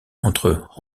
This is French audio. entre